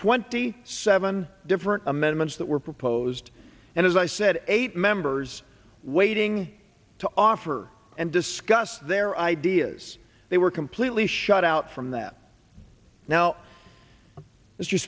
twenty seven different amendments that were proposed and as i said eight members waiting to offer and discuss their ideas they were completely shut out from that now